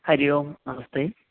हरिः ओं नमस्ते